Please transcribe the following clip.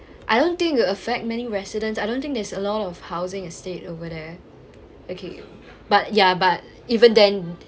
I don't think it will affect many residents I don't think there's a lot of housing estate over there okay but ya but even then